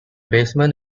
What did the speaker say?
basement